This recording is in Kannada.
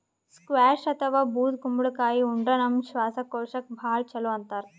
ಸ್ಕ್ವ್ಯಾಷ್ ಅಥವಾ ಬೂದ್ ಕುಂಬಳಕಾಯಿ ಉಂಡ್ರ ನಮ್ ಶ್ವಾಸಕೋಶಕ್ಕ್ ಭಾಳ್ ಛಲೋ ಅಂತಾರ್